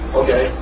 okay